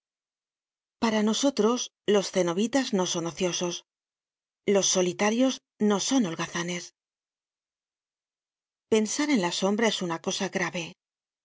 para nosotros los cenobitas no son ociosos los solitarios no son holgazanes pensar en la sombra és una cosa grave